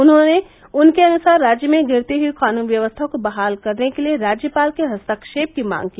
उन्होंने उनके अनुसार राज्य में गिरती हुई कानून व्यवस्था को बहाल करने के लिए राज्यपाल के हस्तक्षेप की मांग की